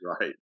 right